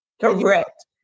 Correct